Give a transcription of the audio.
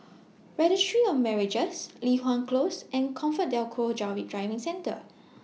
Registry of Marriages Li Hwan Close and ComfortDelGro Driving Centre